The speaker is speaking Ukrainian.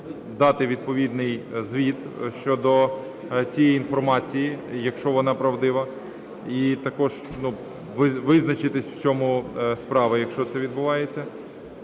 дати відповідний звіт щодо цієї інформації, якщо вона правдива. І також, ну, визначитись, в чому справа, якщо це відбувається.